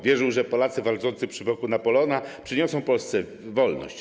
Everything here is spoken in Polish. Wierzył, że Polacy walczący przy boku Napoleona przyniosą Polsce wolność.